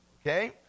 okay